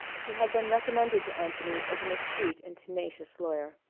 he had been recommended to anthony as an astute and tenacious lawyer.